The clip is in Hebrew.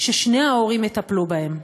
ששני ההורים יטפלו בהם.